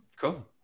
cool